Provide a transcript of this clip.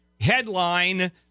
headline